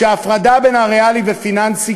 שההפרדה בין הריאלי והפיננסי,